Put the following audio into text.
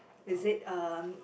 is it uh